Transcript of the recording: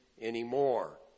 anymore